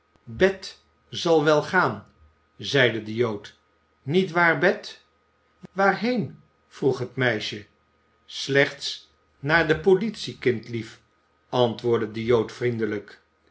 bet zal wel gaan zeide de jood niet waar bet waarheen vroeg het meisje slechts naar de politie kindlief antwoordde de jood vriendelijk